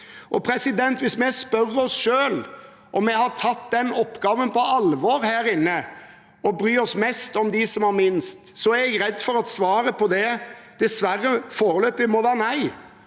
hvert år. Hvis vi spør oss selv om vi har tatt den oppgaven på alvor her inne – om å bry oss mest om dem som har minst – er jeg redd for at svaret på det dessverre foreløpig må være nei.